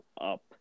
up